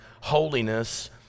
holiness